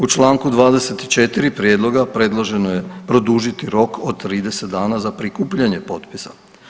U Članku 24. prijedloga predloženo je produžiti rok od 30 dana za prikupljanje potpisa.